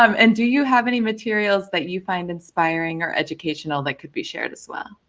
um and do you have any materials that you find inspiring, or educational that can be shared as well?